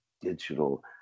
digital